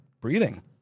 breathing